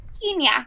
Kenya